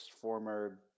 former